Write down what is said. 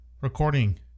Recording